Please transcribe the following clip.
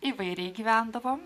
įvairiai gyvendavome